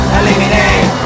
eliminate